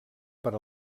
per